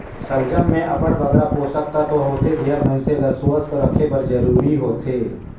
सलजम में अब्बड़ बगरा पोसक तत्व होथे जेहर मइनसे ल सुवस्थ रखे बर जरूरी होथे